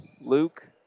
Luke